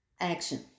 Action